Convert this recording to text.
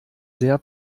sehr